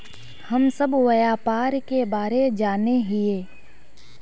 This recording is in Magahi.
हम सब व्यापार के बारे जाने हिये?